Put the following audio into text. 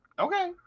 Okay